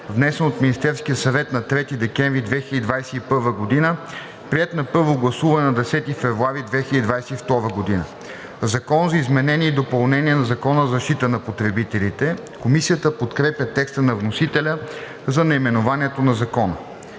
внесен от Министерския съвет на 3 декември 2021 г., приет на първо гласуване на 10 февруари 2022 г. „Закон за изменение и допълнение на Закона за защита на потребителите“.“ Комисията подкрепя текста на вносителя за наименованието на Закона.